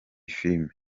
filime